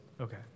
Okay